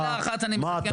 במילה אחת אני מתקן את המחדל.